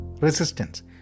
resistance